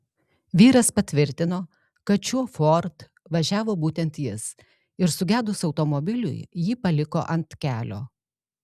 vyras patvirtino kad šiuo ford važiavo būtent jis ir sugedus automobiliui jį paliko ant kelio